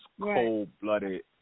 cold-blooded